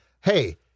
hey